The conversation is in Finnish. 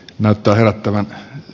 näyttää herättävän